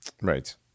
right